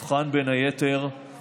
נבחן בין היתר את